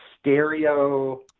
stereo